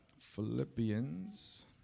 Philippians